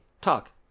talk